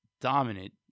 dominant